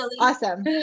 Awesome